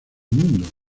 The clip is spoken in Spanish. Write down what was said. mundo